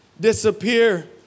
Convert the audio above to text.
disappear